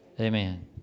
Amen